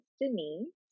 Denise